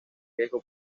riesgo